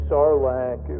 Sarlacc